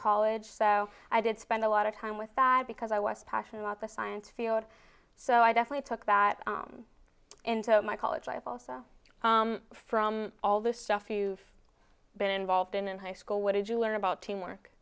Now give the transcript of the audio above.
college so i did spend a lot of time with that because i was passionate about the science field so i definitely took that into my college life also from all the stuff you've been involved in in high school what did you learn about teamwork